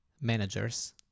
managers